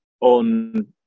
on